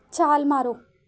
ਛਾਲ ਮਾਰੋ